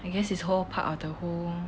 I guess it's all part of the whole